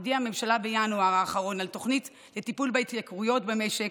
הודיעה הממשלה בינואר האחרון על תוכנית לטיפול בהתייקרויות במשק,